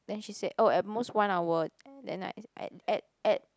then she said oh at most one hour then I at at at